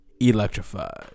Electrified